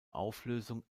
auflösung